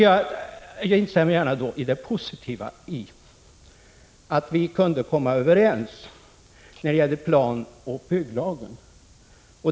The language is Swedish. Jag instämmer gärna i att det är positivt att vi kunde komma överens när det gällde planoch bygglagen.